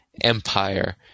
empire